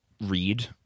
read